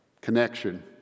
connection